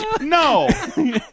No